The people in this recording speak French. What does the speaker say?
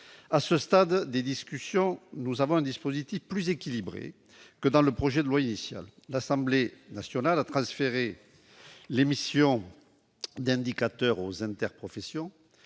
À ce stade des discussions, le dispositif est plus équilibré qu'il ne l'était dans le projet de loi initial. L'Assemblée nationale a transféré l'émission des indicateurs aux interprofessions.